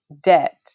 debt